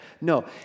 No